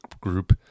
group